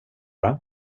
göra